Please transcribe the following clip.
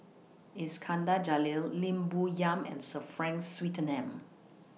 Iskandar Jalil Lim Bo Yam and Sir Frank Swettenham